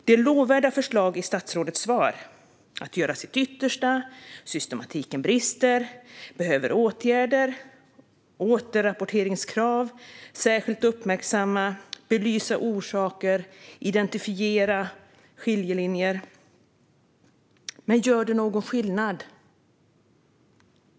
Det är lovvärda förslag i statsrådets svar: göra sitt yttersta, systematiken brister, det behövs åtgärder, återrapporteringskrav, särskilt uppmärksamma, belysa orsaker, identifiera skiljelinjer. Men gör det någon skillnad?